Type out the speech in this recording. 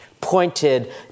pointed